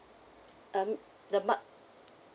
um the month